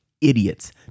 idiots